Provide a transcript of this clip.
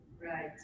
Right